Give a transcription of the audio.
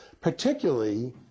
particularly